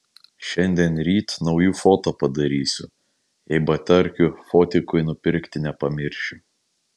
šiandien ryt naujų foto padarysiu jei baterkių fotikui nupirkti nepamiršiu